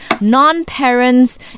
non-parents